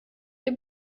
dem